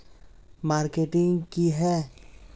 Marketing की है?